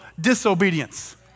disobedience